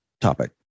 topic